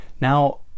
now